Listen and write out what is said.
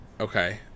okay